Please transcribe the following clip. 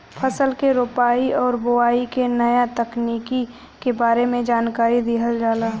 फसल के रोपाई आउर बोआई के नया तकनीकी के बारे में जानकारी दिहल जाला